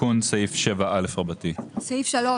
תיקון סעיף 7א. סעיף 3,